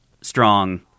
strong